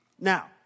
Now